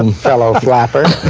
um fellow flapper.